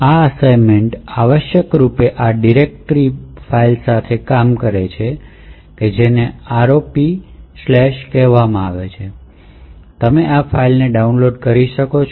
આ અસાઇનમેન્ટ આવશ્યકરૂપે આ ડિરેક્ટરીમાં ફાઇલ સાથે કામ કરે છે જેને ROP કહેવામાં આવે છે અને તમે આ ફાઇલને ડાઉનલોડ કરી શકો છો